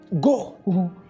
go